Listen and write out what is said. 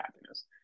happiness